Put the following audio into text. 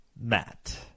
matt